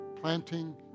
planting